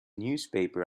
newspaper